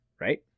right